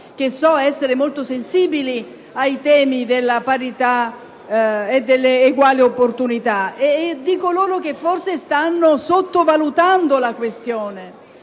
che so essere molto sensibili ai temi della parità e delle uguali opportunità. Forse stanno sottovalutando la questione.